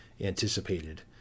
anticipated